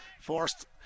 forced